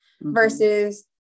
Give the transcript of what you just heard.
versus